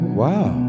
wow